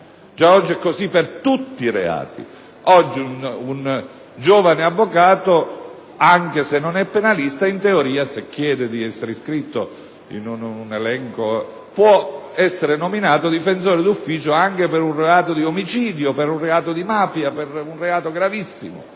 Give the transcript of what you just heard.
oggi per tutti i reati. Oggi, un giovane avvocato, anche se non è penalista, in teoria, se chiede di essere iscritto in un elenco, può chiedere e ottenere di essere nominato difensore di ufficio anche per un reato di omicidio, per un reato di mafia, per un reato gravissimo.